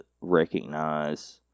recognize